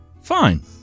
Fine